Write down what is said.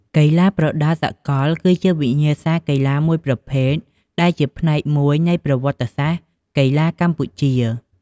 កីឡាប្រដាល់សកល គឺជាវិញ្ញាសាកីឡាមួយប្រភេទដែលជាផ្នែកមួយនៃប្រវត្តិសាស្ត្រកីឡាកម្ពុជា។